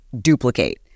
duplicate